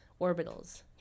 orbitals